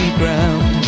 ground